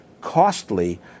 costly